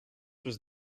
was